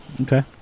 Okay